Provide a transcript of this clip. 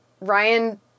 Ryan